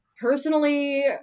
personally